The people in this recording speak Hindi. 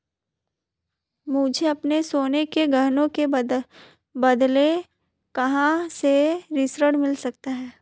मुझे अपने सोने के गहनों के बदले कहां से ऋण मिल सकता है?